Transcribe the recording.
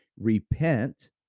Repent